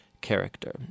character